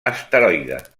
asteroide